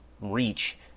reach